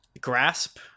grasp